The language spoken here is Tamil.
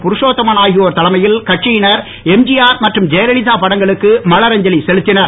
புருஷோத்தமன் ஆகியோர் தலைமையில் கட்சியினர் எம்திஆர் மற்றும் ஜெயலலிதா படங்களுக்கு மலரஞ்சலி செலுத்தினர்